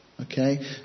Okay